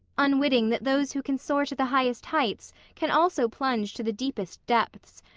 unwitting that those who can soar to the highest heights can also plunge to the deepest depths,